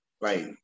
right